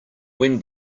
when